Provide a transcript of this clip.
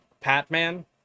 Patman